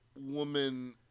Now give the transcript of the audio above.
woman